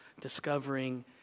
discovering